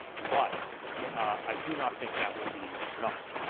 but i do not think that will be enough.